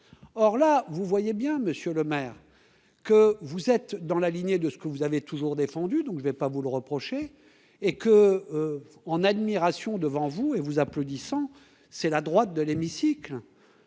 or là, vous voyez bien, monsieur le maire que vous êtes dans la lignée de ce que vous avez toujours défendu, donc je vais pas vous le reprocher et que en admiration devant vous et vous applaudissant c'est la droite de l'hémicycle.